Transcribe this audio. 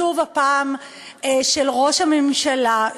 שוב פעם של ראש הממשלה,